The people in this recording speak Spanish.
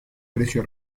precio